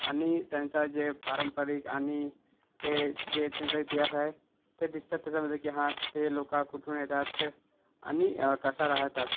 आणि त्यांचा जे पारंपरिक आणि ते जे त्यांचा इतिहास आहे ते दिसतं त्याच्यामध्ये की हा ते लोक कुठून येतात ते आणि कसा राहतात